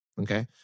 okay